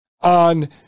on